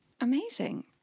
Amazing